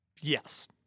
Yes